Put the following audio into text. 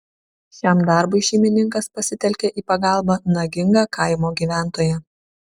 šiam darbui šeimininkas pasitelkė į pagalbą nagingą kaimo gyventoją